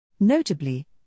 Notably